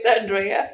andrea